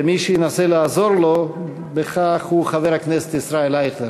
ומי שינסה לעזור לו בכך הוא חבר הכנסת ישראל אייכלר,